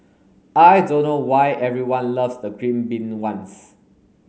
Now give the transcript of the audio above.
I don't know why everyone loves the green bean ones